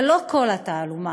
זו לא כל התעלומה.